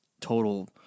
total